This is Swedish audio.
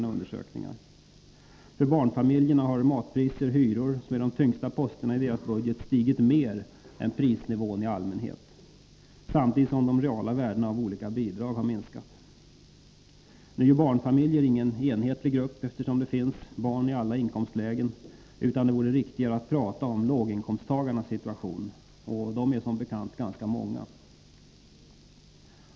För bl.a. barnfamiljerna har matpriser och hyror, som är de tyngsta posterna i deras budget, stigit mer än prisnivån i allmänhet, samtidigt som de reala värdena av olika bidrag har minskat. Nu är ju barnfamiljer ingen enhetlig grupp, eftersom barn finns i familjer i alla inkomstlägen, utan det vore riktigare att tala om låginkomsttagarnas situation, och dessa är som bekant många.